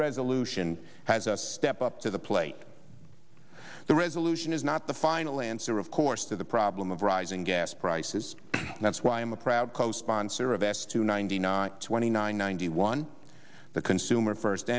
resolution has us step up to the plate the resolution is not the final answer of course to the problem of rising gas prices and that's why i'm a proud co sponsor of s two ninety nine twenty nine ninety one the consumer first